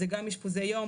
זה גם אשפוזי יום,